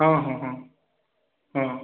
ହଁ ହଁ ହଁ ହଁ